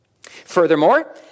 Furthermore